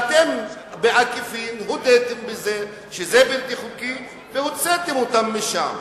ואתם בעקיפין הודיתם בזה שזה בלתי חוקי והוצאתם אותם משם,